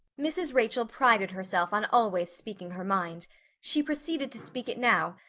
mrs. rachel prided herself on always speaking her mind she proceeded to speak it now,